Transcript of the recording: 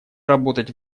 работать